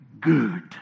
good